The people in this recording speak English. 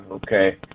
Okay